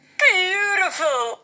beautiful